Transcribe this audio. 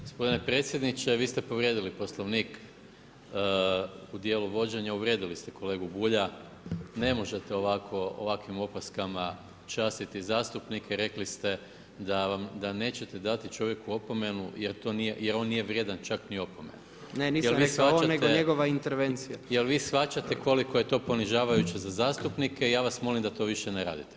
Gospodine predsjedniče, vi ste povrijedili poslovnik u dijelu vođenja, uvrijedili ste kolegu Bulja, ne možete ovakvim opaskama častiti zastupnike, rekli ste da nećete dati čovjeku opomenu, jer on nije vrijedan čak ni opomene [[Upadica Predsjednik: Ne nisam, nego njegova intervencija.]] Jel vi shvaćate koliko je to ponižavajuće za zastupnike i ja vas molim da to više ne radite.